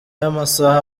y’amasaha